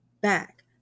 back